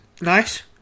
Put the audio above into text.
nice